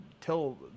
tell